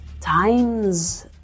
times